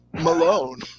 Malone